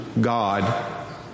God